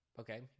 Okay